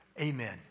Amen